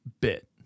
bit